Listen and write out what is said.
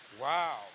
Wow